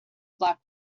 black